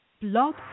Blog